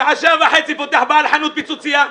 בשעה שבע וחצי פותח בעל חנות פיצוציה,